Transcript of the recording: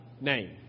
name